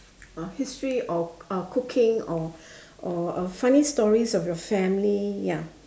uh history or or cooking or or or funny stories of your family ya